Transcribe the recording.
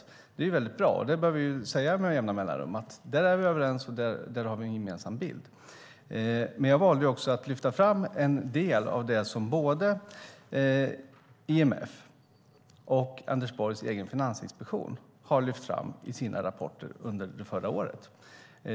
Det är väldigt bra. Det bör vi säga med jämna mellanrum, att där är vi överens och där har vi en gemensam bild. Men jag valde också att lyfta fram en del av det som både IMF och Anders Borgs egen finansinspektion lyfte fram i sina rapporter under förra året.